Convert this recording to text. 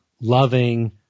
loving